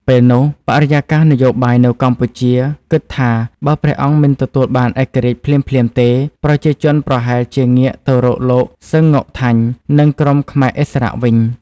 ពេលនោះ បរិយាកាសនយោបាយនៅកម្ពុជាគិតថា បើព្រះអង្គមិនទទួលបានឯករាជ្យភ្លាមៗទេ ប្រជាជនប្រហែលជាងាកទៅរកលោក សឺង ង៉ុកថាញ់ និងក្រុមខ្មែរឥស្សរៈវិញ។